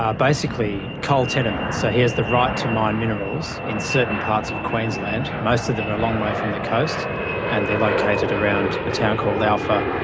ah basically, coal tenements, so he has the right to mine minerals in certain parts of queensland. most of them are a long way from the coast and they're located around a town called alpha,